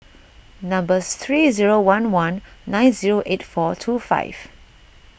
number three zero one one nine zero eight four two five